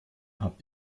habt